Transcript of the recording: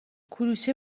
کلوچه